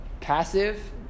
passive